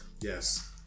Yes